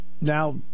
now